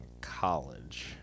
College